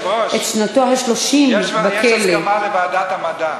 יועבר לוועדת הכנסת.